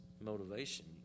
motivation